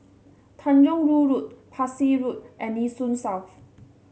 Tanjong Rhu Road Parsi Road and Nee Soon South